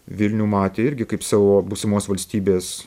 vilnių matė irgi kaip savo būsimos valstybės